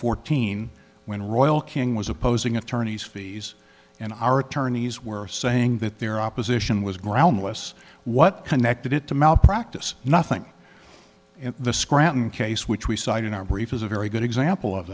fourteen when royal king was opposing attorney's fees in our attorneys were saying that their opposition was groundless what connected it to malpractise nothing in the scranton case which we cite in our brief is a very good example of